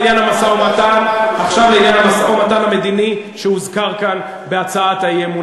המשא-ומתן המדיני שהוזכר כאן בהצעת האי-אמון.